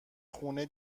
خونه